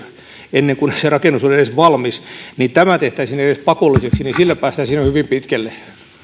ennen kuin se rakennus on edes valmis edes tämä tehtäisiin pakolliseksi päästäisiin jo hyvin pitkälle